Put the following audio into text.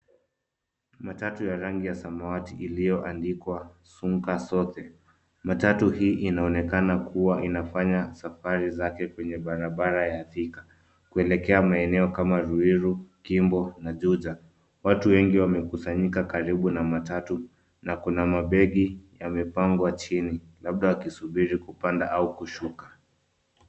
Matatau ya rangi ya samawati iliyoandikwa, runka shuttle. Matatu hii inaonekana kuwa inafanya safari zake kwenye barabara ya Thika kuelekea maeneo kama ruiru, kimbo na juja. Watu wengi wamekusanyika karibu na matatu na kuna mabegi yamepangwa chini labda wakisubiri kupanda ua kushuka.